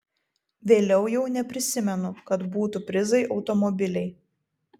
vėliau jau neprisimenu kad būtų prizai automobiliai